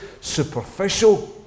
superficial